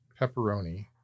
pepperoni